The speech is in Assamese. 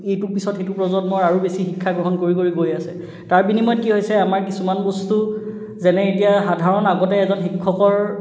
এইটোৰ পিছত সেইটো প্ৰজন্ম আৰু বেছি শিক্ষা গ্ৰহণ কৰি কৰি গৈ আছে তাৰ বিনিময়ত কি হৈছে আমাৰ কিছুমান বস্তু যেনে এতিয়া সাধাৰণ আগতে এজন শিক্ষকৰ